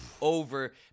over